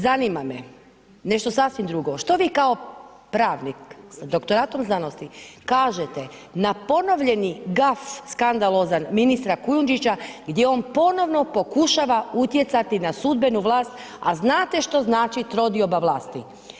Zanima me nešto sasvim drugo, što vi kao pravnik s doktoratom znanosti kažete na ponovljeni gaf skandalozan ministra Kujundžića gdje on ponovno pokušava utjecati na sudbenu vlast, a znate što znači trodioba vlasti.